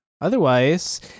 Otherwise